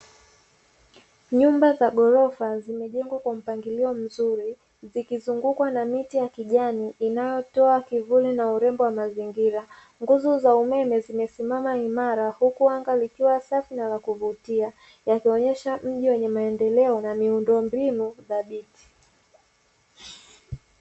Nyumba za ghorofa zimejengwa kwa mpangilio mzuri, zikizungukwa na miti ya kijani inayotoa kivuli na urembo wa mazingira, nguzo za umeme zimesimama imara, huku anga likiwa safi na la kuvutia. Ikionyesha mji wenye maendeleo na miundo mbinu thabiti.